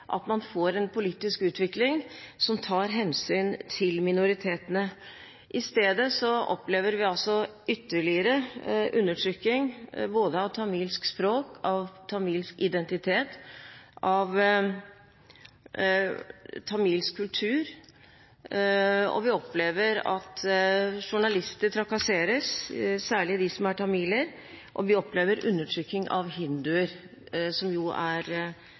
politisk utvikling, som tar hensyn til minoritetene. I stedet opplever vi ytterligere undertrykking av tamilsk språk, tamilsk identitet, tamilsk kultur, og vi opplever at journalister trakasseres, særlig de som er tamiler, og vi opplever undertrykking av hinduer, som er